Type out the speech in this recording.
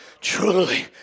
truly